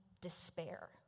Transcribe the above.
despair